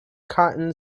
cotton